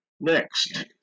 Next